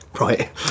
Right